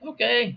Okay